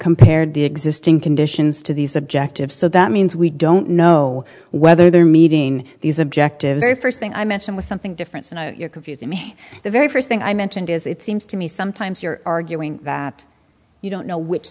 compared the existing conditions to these objectives so that means we don't know whether they're meeting these objectives the st thing i mentioned was something different and you're confusing me the very st thing i mentioned is it seems to me sometimes you're arguing that you don't know which